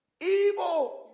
evil